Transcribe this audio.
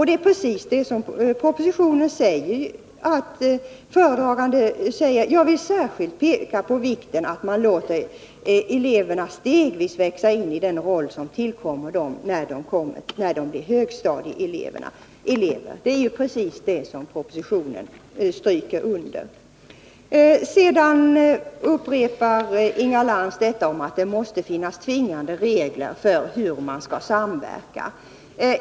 Det är precis det som föredraganden anför i propositionen: Jag vill särskilt peka på vikten av att man låter eleverna stegvis växa in i den roll som tillkommer dem när de blir högstadieelever. — Det är precis det som propositionen stryker under. Sedan upprepar Inga Lantz att det måste finnas tvingande regler för hur man skall samverka.